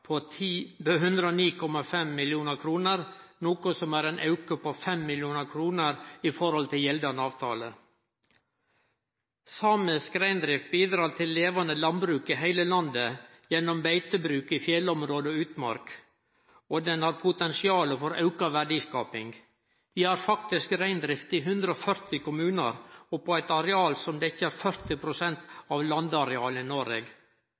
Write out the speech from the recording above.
på 109,5 mill. kr, noko som er ein auke på 5 mill. kr i forhold til gjeldande avtale. Samisk reindrift bidreg til levande landbruk i heile landet gjennom beitebruk i fjellområde og utmark, og ho har potensial for auka verdiskaping. Vi har faktisk reindrift i 140 kommunar og på eit areal som dekkjer 40 pst. av landarealet i Noreg.